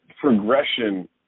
progression